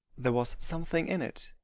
there was something in it.